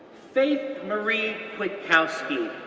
faith marie kwiatkowski,